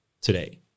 today